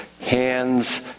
hands